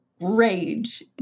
rage